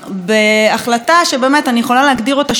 בהחלטה שבאמת אני יכולה להגדיר אותה שילוב